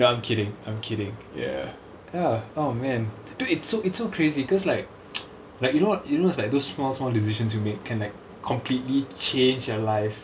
no I'm kidding I'm kidding ya ya oh man dude it's so it's so crazy because like like you know what you know it's like those small small decisions you make can like completely change your life